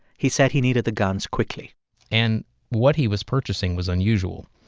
he said he needed the guns quickly and what he was purchasing was unusual.